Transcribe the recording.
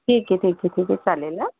ठीक आहे ठीक आहे ठीक आहे चालेल हं